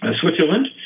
Switzerland